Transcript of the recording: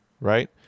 right